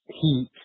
heat